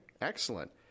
Excellent